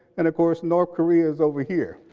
and of course, north korea is over here.